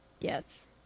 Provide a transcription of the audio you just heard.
Yes